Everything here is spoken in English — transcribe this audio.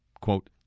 quote